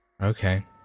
Okay